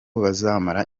bazamara